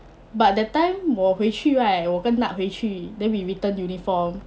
but that time 我回去 right 我跟 nad 回去 then we return uniform